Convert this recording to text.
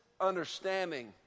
understanding